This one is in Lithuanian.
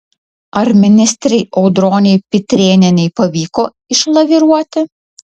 ar ministrei audronei pitrėnienei pavyko išlaviruoti